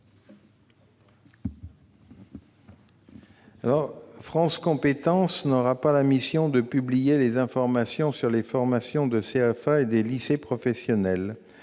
France compétences n'aura pas la mission de publication des informations sur les formations des CFA et des lycées professionnels